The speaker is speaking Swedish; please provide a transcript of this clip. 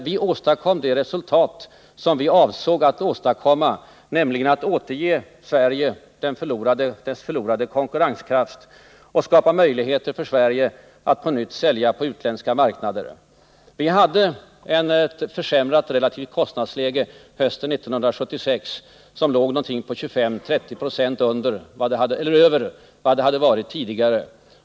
Vi åstadkom det resultat som vi avsåg att åstadkomma, nämligen att återge Sverige dess förlorade konkurrenskraft och att skapa möjligheter för Sverige att på nytt sälja på utländska marknader. Vi hade ett försämrat relativt kostnadsläge på hösten 1976 — det låg ungefär 25-30 26 över vad det hade varit tidigare.